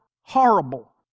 horrible